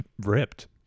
ripped